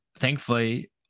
Thankfully